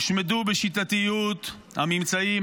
הושמדו בשיטתיות הממצאים,